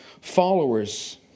followers